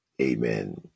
Amen